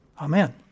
Amen